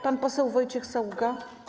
Pan poseł Wojciech Saługa.